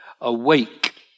awake